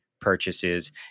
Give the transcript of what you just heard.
purchases